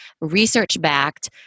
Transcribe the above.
research-backed